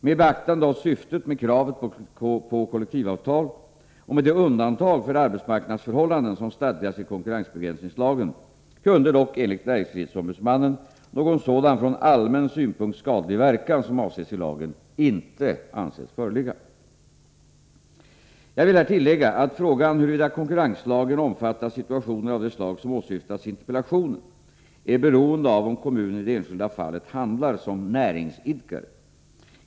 Med beaktande av syftet med kravet på kollektivavtal och med det undantag för arbetsmarknadsförhållanden som stadgas i konkurrensbegränsningslagen, kunde dock enligt näringsfrihetsombudsmannen någon sådan från allmän synpunkt skadlig verkan som avses i lagen inte anses föreligga. Jag vill här tillägga att frågan huruvida konkurrenslagen omfattar situationer av det slag som åsyftas i interpellationen är beroende av om kommunen i det enskilda fallet handlar som näringsidkare.